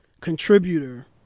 contributor